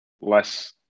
less